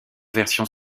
versions